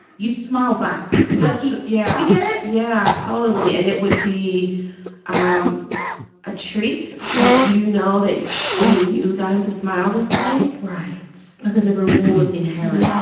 you'd smile back. lucky yeah, i get it. yeah, totally. and it would be um a treat like you know that you only you got him to smile this way right. look, there's a reward inherent.